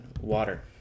water